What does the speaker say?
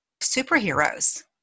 superheroes